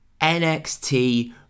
NXT